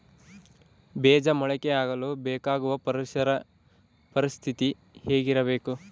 ಬೇಜ ಮೊಳಕೆಯಾಗಲು ಬೇಕಾಗುವ ಪರಿಸರ ಪರಿಸ್ಥಿತಿ ಹೇಗಿರಬೇಕು?